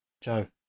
Joe